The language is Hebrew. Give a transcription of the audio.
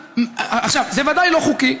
זה בוודאי לא חוקי.